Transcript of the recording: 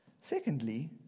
Secondly